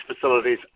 facilities